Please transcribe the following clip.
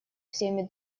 всеми